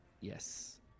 yes